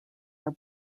are